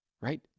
right